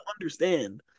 understand